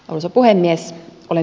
osa puhemies oli